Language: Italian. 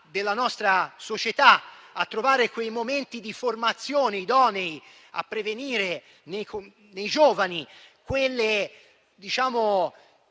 della nostra società di trovare dei momenti di formazione idonei a prevenire nei giovani quelle